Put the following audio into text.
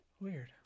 Weird